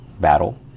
battle